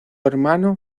hermano